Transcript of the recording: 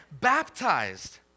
baptized